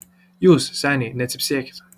jūs seniai necypsėkit